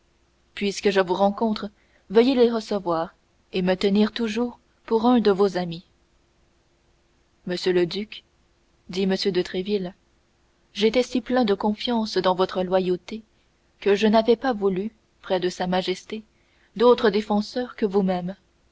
puisque je vous rencontre veuillez les recevoir et me tenir toujours pour un de vos amis monsieur le duc dit m de tréville j'étais si plein de confiance dans votre loyauté que je n'avais pas voulu près de sa majesté d'autre défenseur que vous-même